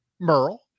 Merle